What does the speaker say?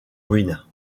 ruines